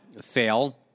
Sale